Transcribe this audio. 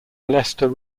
leicester